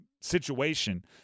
situation